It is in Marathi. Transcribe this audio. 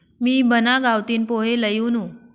मी मना गावतीन पोहे लई वुनू